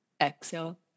Exhale